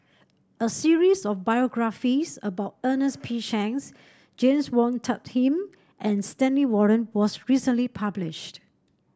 a series of biographies about Ernest P Shanks James Wong Tuck Yim and Stanley Warren was recently published